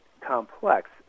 complex